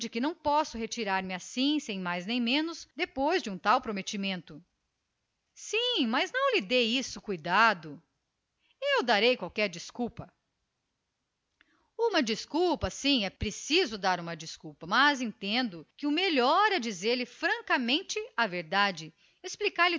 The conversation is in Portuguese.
que não posso retirar-me desta província assim sem mais nem menos estando já empenhado em um compromisso tão melindroso ah sim mas não lhe dê isso cuidado arranjarei qualquer desculpa uma desculpa justamente é preciso dar-lhe uma desculpa e o melhor seria declarar-lhe a verdade explique lhe